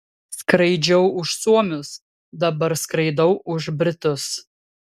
skraidžiau už suomius dabar skraidau už britus